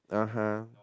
ah !huh!